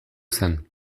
zen